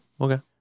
okay